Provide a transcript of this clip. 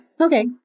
Okay